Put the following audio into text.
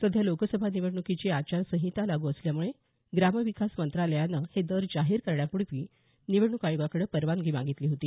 सध्या लोकसभा निवडणुकीची आचारसंहिता लागू असल्यामुळे ग्रामविकास मंत्रालयानं हे दर जाहीर करण्यापूर्वी निवडणूक आयोगाकडे परवानगी मागितली होती